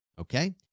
okay